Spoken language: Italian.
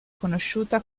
conosciuta